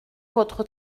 votre